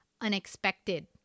unexpected